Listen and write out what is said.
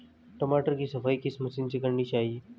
टमाटर की सफाई किस मशीन से करनी चाहिए?